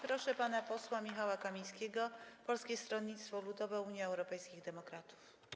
Proszę pana posła Michała Kamińskiego, Polskie Stronnictwo Ludowe - Unia Europejskich Demokratów.